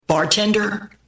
Bartender